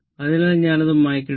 അതിനാൽ ഞാൻ അത് മായ്ക്കട്ടെ